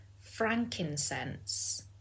Frankincense